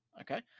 okay